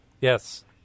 Yes